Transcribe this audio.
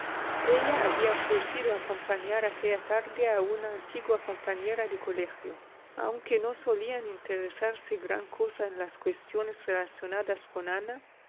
ella había ofrecido acompañar aquella tarde a una antigua compañera de colegio aunque no solían interesarse gran cosa en las cuestiones relacionadas con ana